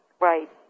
Right